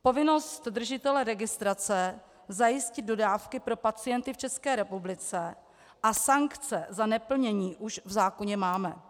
Povinnost držitele registrace zajistit dodávky pro pacienty v České republice a sankce za neplnění už v zákoně máme.